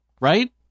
right